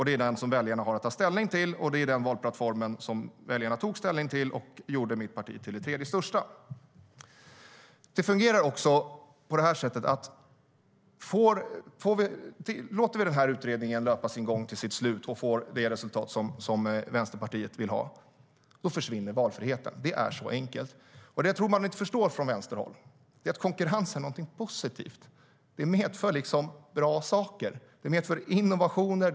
Det är den som väljarna har att ta ställning till. Den valplattformen tog väljarna ställning till och gjorde mitt parti till det tredje största. Det fungerar också på det sättet att valfriheten försvinner om vi låter utredningen löpa till slut och får det resultat som Vänsterpartiet vill ha. Det är så enkelt. Det som jag tror att man inte förstår från vänsterhållet är att konkurrens är något positivt. Det medför bra saker. Det medför innovationer.